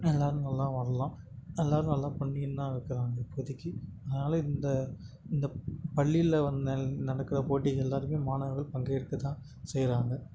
எல்லோரும் நல்லா வாழலாம் எல்லோரும் நல்லா பண்ணின்னுந்தான் இருக்கிறாங்க இப்போதைக்கு அதனால் இந்த இந்த பள்ளியில் வந்து நடக்கிற போட்டிகளில் எல்லோருமே மாணவர்கள் பங்கேற்க தான் செய்கிறாங்க